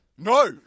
No